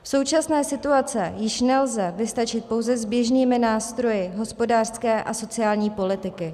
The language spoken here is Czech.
V současné situaci již nelze vystačit pouze s běžnými nástroji hospodářské a sociální politiky.